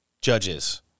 judges